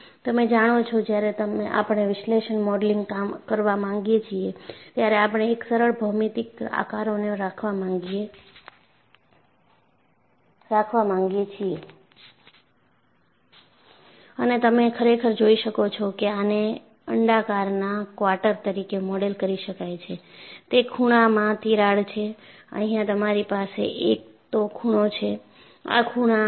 તમે જાણો છો જ્યારે આપણે વિશ્લેષણ મોડેલિંગ કરવા માંગીએ છીએ ત્યારે આપણે એક સરળ ભૌમિતિક આકારોને રાખવા માંગીએ છીએ અને તમે ખરેખર જોઈ શકો છો કે આને અંડાકારના ક્વાર્ટર તરીકે મોડેલ કરી શકાય છે તે ખૂણામાં તિરાડ છે અહિયાં તમારી પાસે એક તો ખૂણો છે